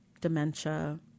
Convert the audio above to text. dementia